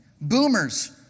Boomers